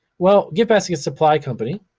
well, gift basket supply company